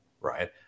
right